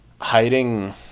hiding